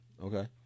Okay